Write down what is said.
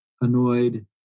annoyed